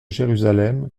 jérusalem